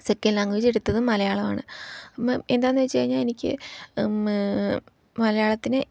second language എടുത്തത് മലയാളമാണ് അപ്പം എന്താണെന്നു വെച്ചു കഴിഞ്ഞാൽ എനിക്ക് മലയാളത്തിന്